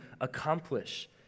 accomplish